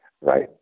right